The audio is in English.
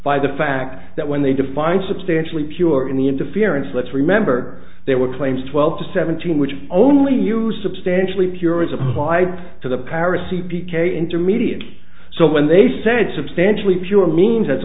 by the fact that when they define substantially purer in the interference let's remember there were claims twelve to seventeen which only used substantially pure is applied to the parasitic p k intermediates so when they said substantially fewer means as